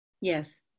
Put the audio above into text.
Yes